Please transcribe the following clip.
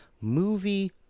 Movie